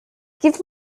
give